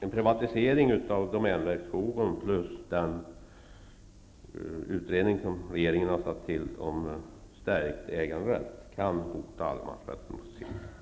En privatisering av domänverkets skogar plus den utredning som regeringen har tillsatt om stärkt äganderätt kan hota allemansrätten på sikt. Tack för mig.